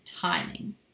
timing